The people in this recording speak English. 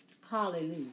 Hallelujah